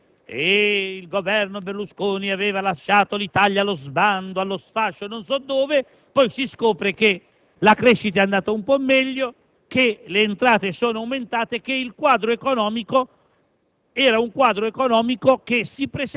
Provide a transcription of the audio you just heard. il quale sosteneva che il Governo Berlusconi aveva lasciato l'Italia allo sbando, allo sfascio, per scoprire poi che la crescita è andata un po' meglio, che le entrate sono aumentate e che il quadro economico